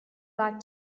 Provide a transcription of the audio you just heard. back